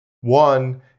One